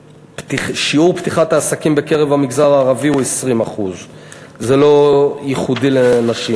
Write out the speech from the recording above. שיעור פתיחת העסקים במגזר הערבי הוא 20%. זה לא ייחודי לנשים,